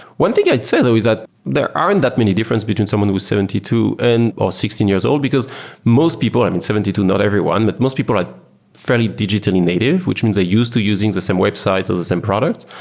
one thing i'd say though is that there aren't that many difference between someone who's seventy two and or sixteen years old, because most people i mean, seventy two, not everyone. most people are fairly digitally native, which means they use to using the same website or the same product.